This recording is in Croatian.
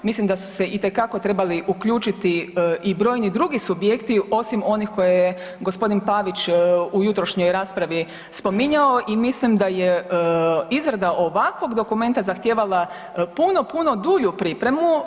Mislim da su se itekako trebali uključiti i brojni drugi subjekti osim onih koje je gospodin Pavić u jutrošnjoj raspravi spominjao i mislim da je izrada ovakvog dokumenta zahtijevala puno, puno dulju pripremu.